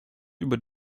über